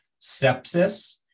sepsis